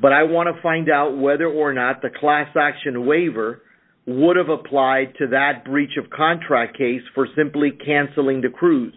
but i want to find out whether or not the class action waiver would have applied to that breach of contract case for simply canceling the cruise